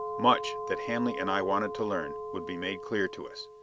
much that hanley and i wanted to learn would be made clear to us.